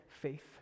faith